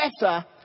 better